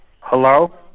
Hello